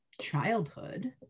childhood